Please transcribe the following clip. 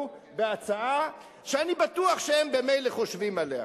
בהצעה שאני בטוח שהם ממילא חושבים עליה,